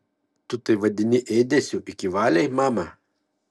tu tai vadini ėdesiu iki valiai mama